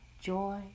joy